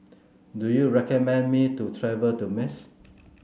do you recommend me to travel to Minsk